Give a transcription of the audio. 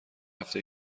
هفته